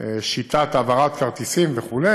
שיטת העברת כרטיסים, וכו'